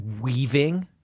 weaving